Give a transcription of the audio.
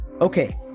Okay